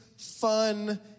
Fun